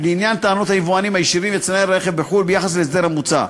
לעניין טענות היבואנים הישירים ויצרני הרכב בחו"ל ביחס להסדר המוצע.